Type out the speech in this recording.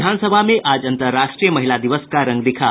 विधानसभा में आज अंतर्राष्ट्रीय महिला दिवस का रंग दिखा